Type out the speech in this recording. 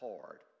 hard